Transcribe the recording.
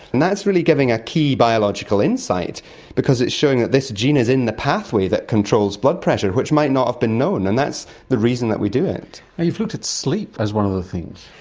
and that's really giving a key biological insight because it's showing that this gene is in the pathway that controls blood pressure, which might not have been known, and that's the reason that we do it. you've looked at sleep as one of the things.